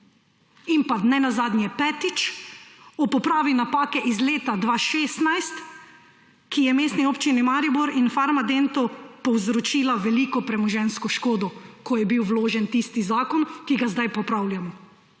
In ne nazadnje, petič, o popravi napake iz leta 2016, ki je Mestni občini Maribor in Farmadentu povzročila veliko premoženjsko škodo, ko je bil vložen tisti zakon, ki ga zdaj popravljamo.